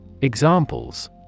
Examples